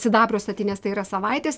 sidabro statinės tai yra savaitės